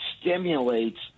stimulates